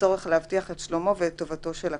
לצורך להבטיח את שלומו ואת טובתו של הקטין.